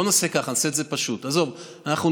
בוא נעשה ככה,